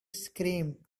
scream